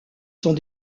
sont